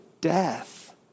death